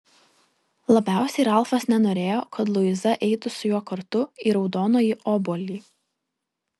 labiausiai ralfas nenorėjo kad luiza eitų su juo kartu į raudonąjį obuolį